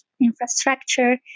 infrastructure